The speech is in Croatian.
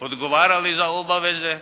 odgovarali za obaveze